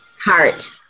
Heart